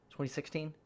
2016